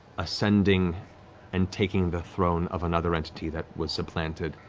ascending and taking the throne of another entity that was supplanted.